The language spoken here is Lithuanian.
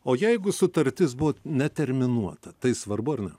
o jeigu sutartis buvo neterminuota tai svarbu ar ne